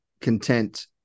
content